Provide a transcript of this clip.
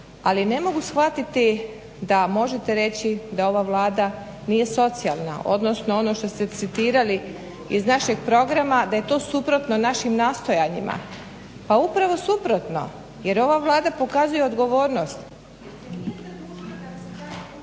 Ali ne mogu shvatiti da možete reći da ova Vlada nije socijalna, odnosno ono što ste citirali iz našeg programa, da je to suprotno našim nastojanjima. Pa upravo suprotno jer ova Vlada pokazuje odgovornost …/Govornica isključena./… nije